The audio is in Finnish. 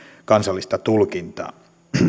kansallista tulkintaa